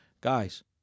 guys